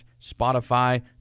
spotify